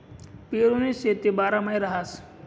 पेरुनी शेती बारमाही रहास